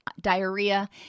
diarrhea